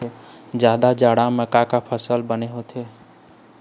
जादा जाड़ा म का का फसल बने होथे?